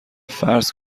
فرض